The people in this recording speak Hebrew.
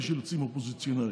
יש אילוצים אופוזיציוניים.